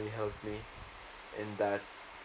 helped me in that